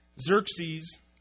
Xerxes